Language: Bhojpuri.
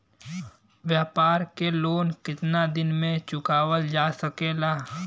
व्यापार के लोन कितना दिन मे चुकावल जा सकेला?